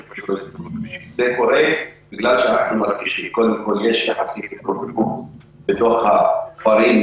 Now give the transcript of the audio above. זה קורה בגלל שאנחנו מרגישים שקודם כל יש יחסית התרופפות בתוך הכפרים,